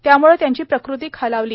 त्याम्ळे त्यांची प्रकृती खालावली